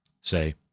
say